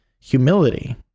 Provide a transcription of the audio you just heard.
humility